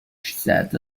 said